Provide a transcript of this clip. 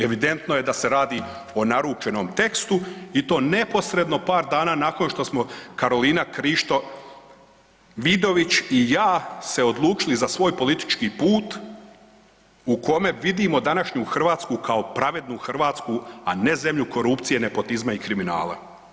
Evidentno je da se radi o naručenom tekstu i to neposredno par dana nakon što smo Karolina Krišto Vidović i ja se odlučili za svoj politički put u kome vidimo današnju Hrvatsku kao pravednu Hrvatsku a ne zemlju korupcije, nepotizma i kriminala.